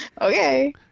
Okay